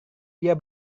dia